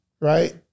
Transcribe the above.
right